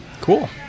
cool